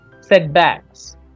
setbacks